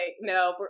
no